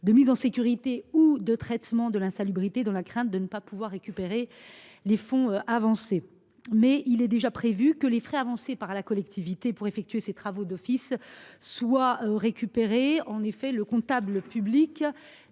de mise en sécurité ou de traitement de l’insalubrité, par crainte de ne pouvoir récupérer les fonds avancés. Cela dit, il est déjà prévu que les frais avancés par la collectivité pour effectuer ces travaux d’office soient récupérés. En effet, le comptable public